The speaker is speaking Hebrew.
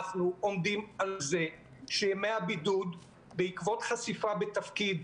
אנחנו עומדים על זה שימי הבידוד בעקבות חשיפה בתפקיד,